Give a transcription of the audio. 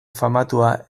famatua